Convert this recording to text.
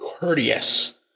courteous